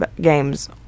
games